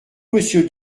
monsieur